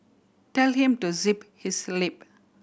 tell him to zip his lip